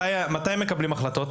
מתי הם מקבלים החלטות?